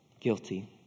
Guilty